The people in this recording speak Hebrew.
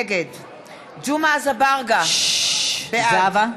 נגד ג'מעה אזברגה, בעד